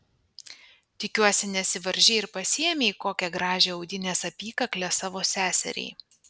tikiuosi nesivaržei ir pasiėmei kokią gražią audinės apykaklę savo seseriai